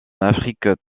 afrique